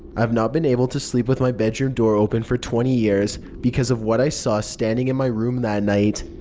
i have not been able to sleep with my bedroom door open for twenty years because of what i saw standing in my room that night.